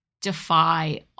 defy